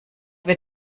wird